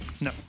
No